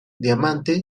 diamante